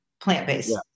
plant-based